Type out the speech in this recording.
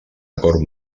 acord